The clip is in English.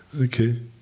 Okay